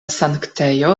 sanktejo